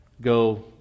go